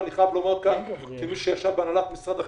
אני חייב לומר כאן כמי שישב בהנהלת משרד החינוך,